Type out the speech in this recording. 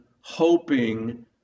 hoping